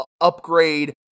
upgrade